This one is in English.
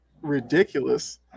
Ridiculous